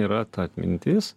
yra ta atmintis